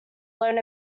learn